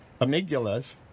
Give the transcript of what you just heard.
amygdalas